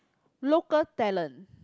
local talent